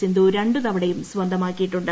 സിന്ധു രണ്ട് തവണയും സ്വന്തമാക്കിയിട്ടുണ്ട്